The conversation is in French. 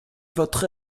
votre